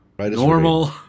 normal